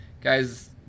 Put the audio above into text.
guys